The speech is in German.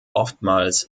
oftmals